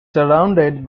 surrounded